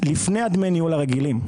לפני דמי ניהול הרגילים.